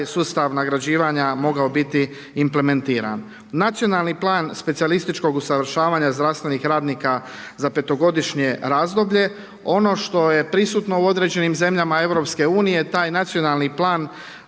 sustav nagrađivanja mogao biti implementiran. Nacionalni plan specijalističkog usavršavanja zdravstvenih radnika za petogodišnje razdoblje. Ono što je prisutno u određenim zemljama Europske unije taj nacionalni plan